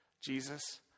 Jesus